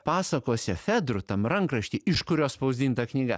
pasakose fedrų tam rankrašty iš kurio spausdinta knyga